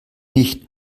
nicht